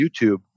YouTube